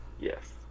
Yes